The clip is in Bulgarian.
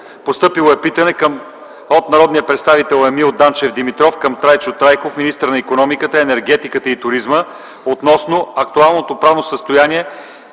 Постъпило е питане от народния представител Емил Делчев Димитров към Трайчо Трайков, министър на икономиката, енергетиката и туризма, относно актуалното правно състояние